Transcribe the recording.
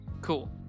Cool